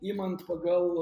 imant pagal